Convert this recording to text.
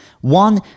One